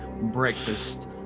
breakfast